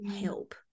help